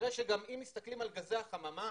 אם מסתכלים על גזי החממה,